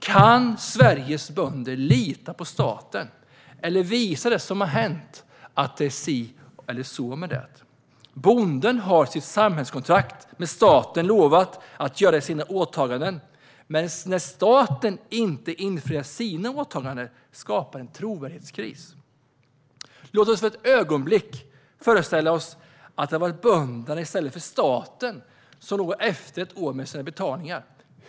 Kan Sveriges bönder lita på staten, eller visar det som har hänt att det är si och så med det? Bonden har i sitt samhällskontrakt med staten lovat att göra sina åtaganden, men när staten inte infriar sina åtaganden skapas en trovärdighetskris. Låt oss för ett ögonblick föreställa oss att det hade varit bönderna i stället för staten som låg efter ett år med sina betalningar.